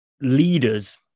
leaders